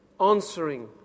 answering